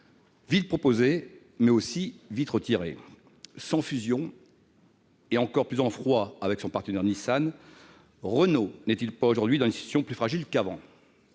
vite proposée, mais aussi vite retirée. Sans fusion, et encore plus en froid avec son partenaire Nissan, Renault n'est-il pas aujourd'hui dans une situation plus fragile qu'avant ?